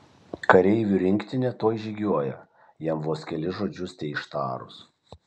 kareivų rinktinė tuoj žygiuoja jam vos kelis žodžius teištarus